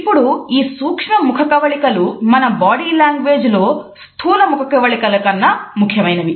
ఇప్పుడు ఈ సూక్ష్మ ముఖకవళిక లు మన బాడీ లాంగ్వేజ్ లో స్థూల ముఖకవళికల కన్నాముఖ్యమైనవి